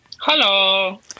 Hello